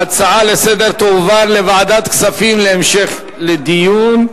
ההצעה לסדר-היום תועבר לוועדת כספים להמשך דיון.